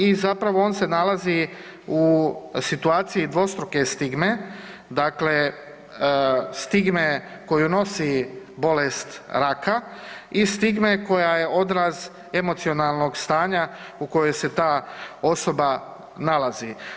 I zapravo on se nalazi u situaciji dvostruke stigme, dakle stigme koju nosi bolest raka i stigme koja je odraz emocionalnog stanja u kojoj se ta osoba nalazi.